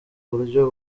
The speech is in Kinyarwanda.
buryo